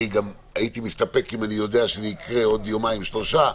הייתי מסתפק גם אם זה היה קורה בעוד יומיים שלושה,